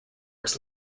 its